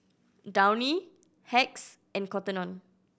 Downy Hacks and Cotton On